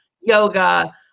yoga